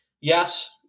yes